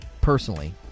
personally